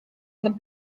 von